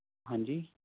ਹਾਂਜੀ